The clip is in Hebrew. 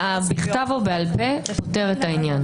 בכתב או בעל פה פותר את העניין.